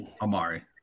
Amari